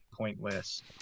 pointless